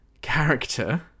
character